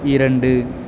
இரண்டு